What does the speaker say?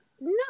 no